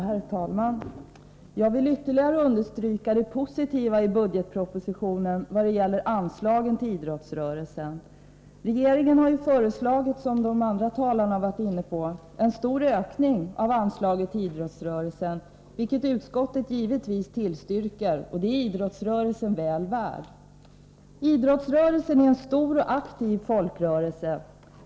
Herr talman! Jag vill ytterligare understryka det positiva i budgetpropositionen vad gäller anslaget till idrottsrörelsen. Regeringen har — som de andra talarna har berört — föreslagit en stor ökning av anslaget till idrottsrörelsen, vilket utskottet givetvis tillstyrker, och det är idrottsrörelsen väl värd. Idrottsrörelsen är en stor och aktiv folkrörelse.